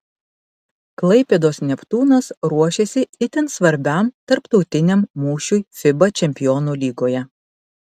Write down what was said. klaipėdos neptūnas ruošiasi itin svarbiam tarptautiniam mūšiui fiba čempionų lygoje